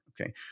Okay